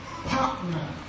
Partner